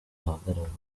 ahagaragara